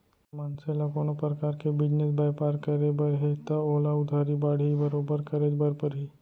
मनसे ल कोनो परकार के बिजनेस बयपार करे बर हे तव ओला उधारी बाड़ही बरोबर करेच बर परही